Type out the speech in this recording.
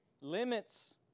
Limits